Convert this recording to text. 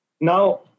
Now